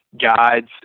guides